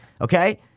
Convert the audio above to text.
Okay